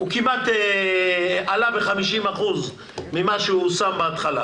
הוא כמעט עלה ב-50% ממה שהוא שם בהתחלה